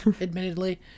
admittedly